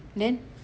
then